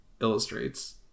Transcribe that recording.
illustrates